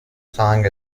song